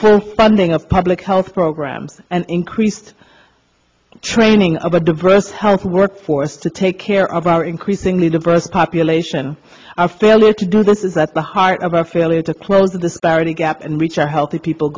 first funding a public health program and increased training of a diverse health workforce to take care of our increasingly diverse population our failure to do this is at the heart of our failure to close the disparity gap and reach our healthy people